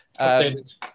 Updated